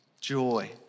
joy